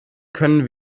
können